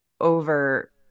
over